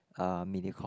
uh Mediacorp